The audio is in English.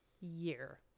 year